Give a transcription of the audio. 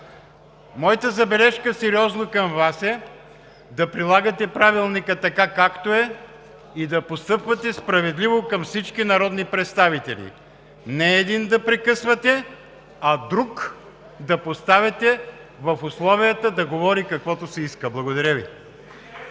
Моята забележка е сериозна и към Вас е да прилагате Правилника, така както е, и да постъпвате справедливо към всички народни представители – не един да прекъсвате, а друг да поставяте в условията да говори каквото си иска. Благодаря Ви.